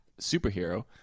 superhero